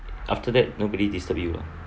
after that nobody disturb you ah